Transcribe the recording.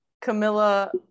Camilla